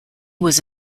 was